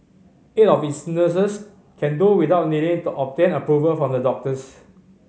eight of its nurses can do without needing to obtain approval from the doctors